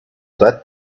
that